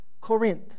Corinth